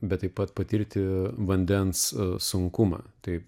bet taip pat patirti vandens sunkumą tai